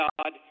God